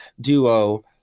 duo